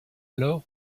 alors